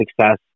success